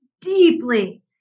deeply